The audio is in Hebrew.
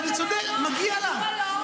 מגיע לה.